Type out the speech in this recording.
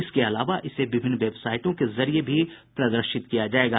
इसके अलावा इसे विभिन्न वेबसाइटों के जरिए भी प्रदर्शित किया जाएगा